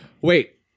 Wait